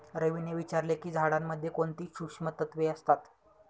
रवीने विचारले की झाडांमध्ये कोणती सूक्ष्म तत्वे असतात?